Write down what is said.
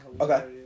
Okay